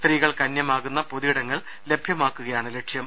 സ്ത്രീകൾക്ക് അന്യമാകുന്ന പൊതുഇടങ്ങൾ ലഭ്യമാക്കുകയാണ് ലക്ഷ്യം